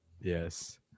yes